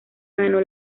ganó